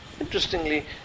Interestingly